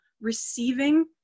receiving